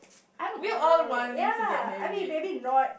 I'm a girl ya I mean maybe not